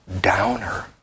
downer